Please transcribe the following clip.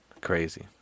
Crazy